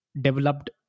developed